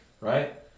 right